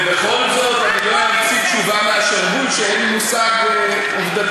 ובכל זאת אני לא אמציא תשובה מהשרוול כשאין לי מושג עובדתי.